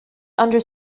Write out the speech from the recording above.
under